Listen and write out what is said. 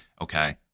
Okay